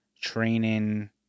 training